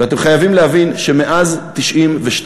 ואתם חייבים להבין שמאז 1992,